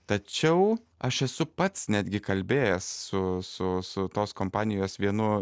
tačiau aš esu pats netgi kalbėjęs su su su tos kompanijos vienu